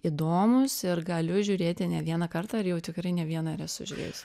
įdomūs ir galiu žiūrėti ne vieną kartą ir jau tikrai ne vieną ir esu žiūrėjus